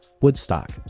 Woodstock